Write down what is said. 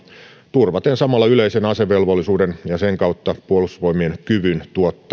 turvaten samalla yleisen asevelvollisuuden ja sen kautta puolustusvoimien kyvyn tuottaa